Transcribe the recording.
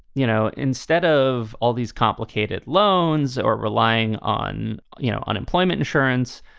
you know, instead of all these complicated loans or relying on, you know, unemployment insurance,